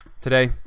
Today